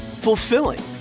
fulfilling